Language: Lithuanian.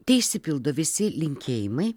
teišsipildo visi linkėjimai